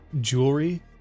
jewelry